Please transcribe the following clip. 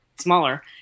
smaller